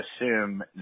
assume